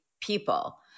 people